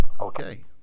Okay